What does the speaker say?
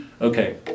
Okay